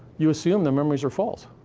you assume the memories are false.